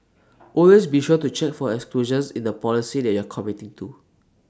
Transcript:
always be sure to check for exclusions in the policy that you are committing to